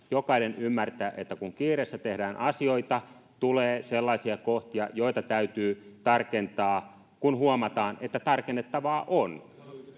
ja jokainen ymmärtää että kun kiireessä tehdään asioita tulee sellaisia kohtia joita täytyy tarkentaa kun huomataan että tarkennettavaa on